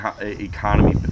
economy